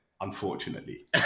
Unfortunately